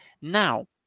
Now